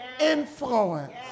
influence